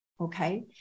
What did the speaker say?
okay